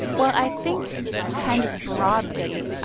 well, i think kind of broadly,